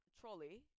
trolley